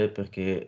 Perché